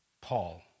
Paul